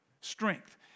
strength